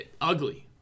Ugly